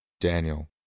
Daniel